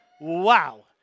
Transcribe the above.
Wow